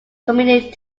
comedian